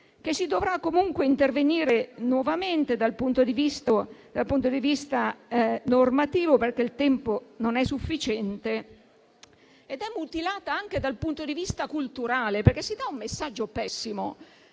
che si dovrà comunque intervenire nuovamente dal punto di vista normativo, visto che il tempo non è sufficiente. È mutilata anche dal punto di vista culturale, perché si dà un messaggio pessimo.